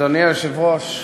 אדוני היושב-ראש,